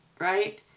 right